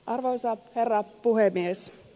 arvoisa herra puhemies